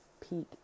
peak